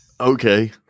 Okay